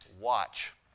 watch